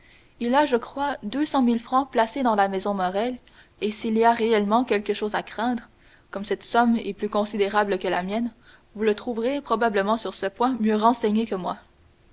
il a je crois deux cent mille francs placés dans la maison morrel et s'il y a réellement quelque chose à craindre comme cette somme est plus considérable que la mienne vous le trouverez probablement sur ce point mieux renseigné que moi